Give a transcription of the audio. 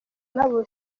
nabo